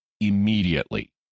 immediately